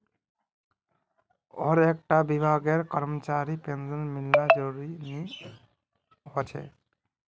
हर एक टा विभागेर करमचरीर पेंशन मिलना ज़रूरी नि होछे